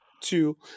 two